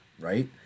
Right